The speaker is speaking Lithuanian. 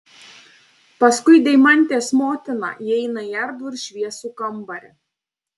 paskui deimantės motiną įeina į erdvų ir šviesų kambarį